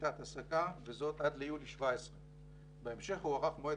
שיטת ההעסקה וזאת עד ליולי 17'. בהמשך הוארך מועד